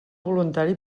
voluntari